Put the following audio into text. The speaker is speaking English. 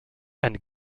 and